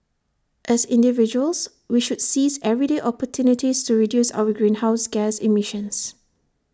as individuals we should seize everyday opportunities to reduce our greenhouse gas emissions